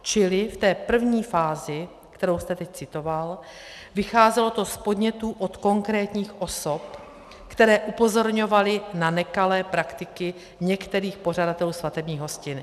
Čili v té první fázi, kterou jste teď citoval, vycházelo to z podnětů od konkrétních osob, které upozorňovaly na nekalé praktiky některých pořadatelů svatebních hostin.